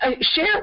Share